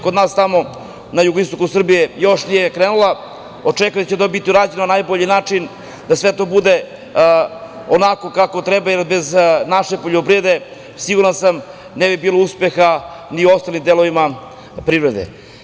Kod nas tamo na jugoistoku Srbije još nije krenula, očekujem da će to biti urađeno na najbolji način, da sve bude kako treba, jer bez naše poljoprivrede siguran sam da ne bi bilo uspeha ni u ostalim delovima privrede.